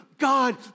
God